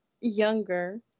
younger